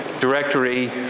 directory